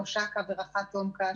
ראש אכ"א ורח"ט תומכ"א,